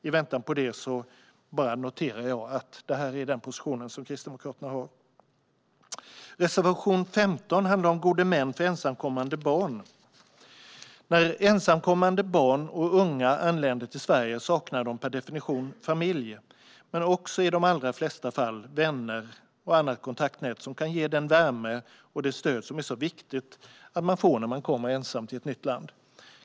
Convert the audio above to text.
I väntan på det noterar jag att detta är Kristdemokraternas position. Reservation 15 handlar om gode män för ensamkommande barn. När ensamkommande barn och unga anländer till Sverige saknar de per definition familj men också, i de allra flesta fall, vänner och annat kontaktnät som kan ge den värme och det stöd som är så viktigt att man får när man kommer ensam till ett nytt land.